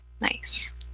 Nice